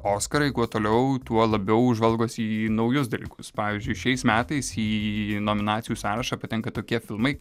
oskarai kuo toliau tuo labiau žvalgosi į naujus dalykus pavyzdžiui šiais metais į nominacijų sąrašą patenka tokie filmai